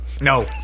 No